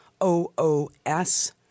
O-O-S